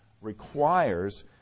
requires